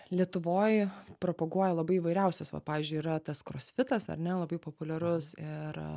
lietuvoj propaguoja labai įvairiausius va pavyzdžiui yra tas krosfitas ar ne labai populiarus ir